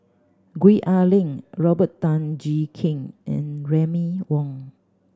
Gwee Ah Leng Robert Tan Jee Keng and Remy Ong